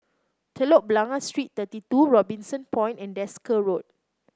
Telok Blangah Street Thirty two Robinson Point and Desker Road